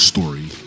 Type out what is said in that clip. Story